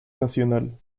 nacional